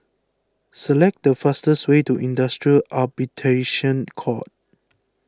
select the fastest way to Industrial Arbitration Court